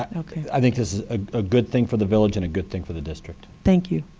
ok. i think there's a good thing for the village and a good thing for the district. thank you.